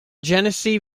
genesee